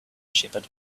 shepherd